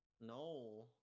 no